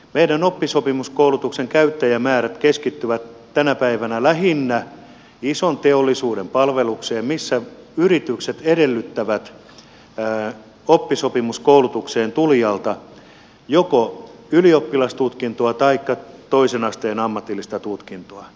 meidän oppisopimuskoulutuksen käyttäjämäärät keskittyvät tänä päivänä lähinnä ison teollisuuden palvelukseen missä yritykset edellyttävät oppisopimuskoulutukseen tulijalta joko ylioppilastutkintoa taikka toisen asteen ammatillista tutkintoa